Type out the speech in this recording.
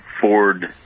Ford